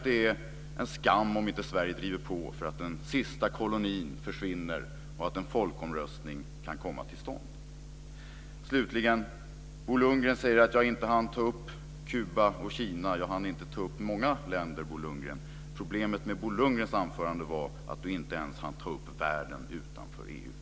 Det är en skam om inte Sverige driver på så att den sista kolonin försvinner och en folkomröstning kan komma till stånd. Bo Lundgren säger att jag inte hann ta upp Kuba och Kina. Det var många länder som jag inte hann ta upp, Bo Lundgren. Problemet med Bo Lundgrens anförande var att han inte ens hann ta upp världen utanför EU.